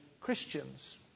Christians